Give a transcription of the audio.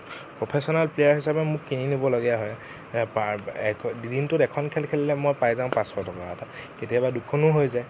professional player হিচাপে মোক কিনি ল'বলগীয়া হয় দিনটোত এখন খেল খেলিলে মই পাই যাওঁ পাঁচশ টকা এটা কেতিয়াবা দুখনো হৈ যায়